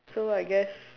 so I guess